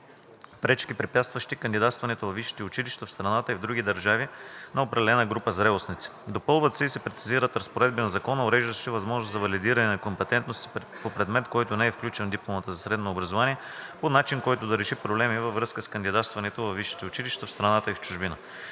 пречки, препятстващи кандидатстването във висши училища в страната и в други държави на определена група зрелостници. Допълват се и се прецизират разпоредбите на закона, уреждащи възможностите за валидиране на компетентности по предмет, който не е включен в дипломата за средно образование, по начин, който да реши проблеми във връзка с кандидатстването във висши училища в страната и в чужбина.